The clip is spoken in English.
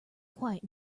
quite